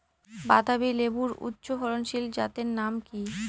বাতাবি লেবুর উচ্চ ফলনশীল জাতের নাম কি?